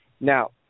Now